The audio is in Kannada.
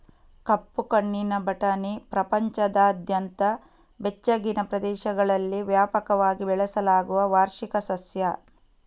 ಕಪ್ಪು ಕಣ್ಣಿನ ಬಟಾಣಿ ಪ್ರಪಂಚದಾದ್ಯಂತ ಬೆಚ್ಚಗಿನ ಪ್ರದೇಶಗಳಲ್ಲಿ ವ್ಯಾಪಕವಾಗಿ ಬೆಳೆಸಲಾಗುವ ವಾರ್ಷಿಕ ಸಸ್ಯ